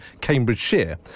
cambridgeshire